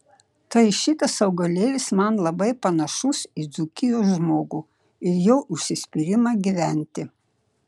tai šitas augalėlis man labai panašus į dzūkijos žmogų ir jo užsispyrimą gyventi